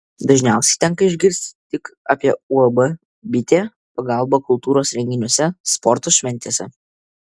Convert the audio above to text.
dažniausiai tenka išgirsti tik apie uab bitė pagalbą kultūros renginiuose sporto šventėse